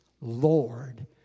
Lord